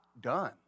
done